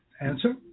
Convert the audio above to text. Answer